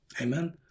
amen